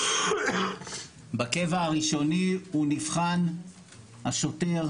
בקבע הראשוני הוא נבחן השוטר,